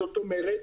זאת אומרת,